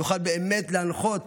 נוכל באמת להנחות